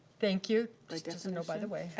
thank you, just a note, by the way.